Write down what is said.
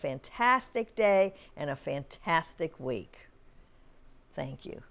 fantastic day and a fantastic week thank you